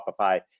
Shopify